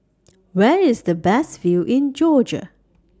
Where IS The Best View in Georgia